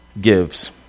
gives